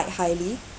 highly